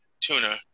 tuna